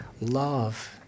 love